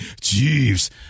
Jeeves